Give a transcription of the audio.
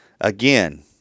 again